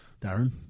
Darren